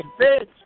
bitch